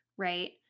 right